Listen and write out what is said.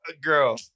Girl